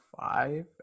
five